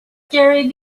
gary